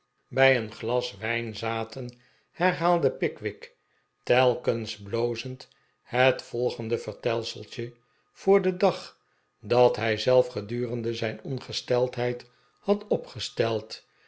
bij een glas wijn zaten haalde pickwick r telkens blozend het volgende vertelseltje voor den dag dat hij zelf gedurende zijn ongesteldheid had opgesteld